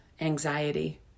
anxiety